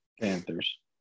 Panthers